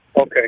okay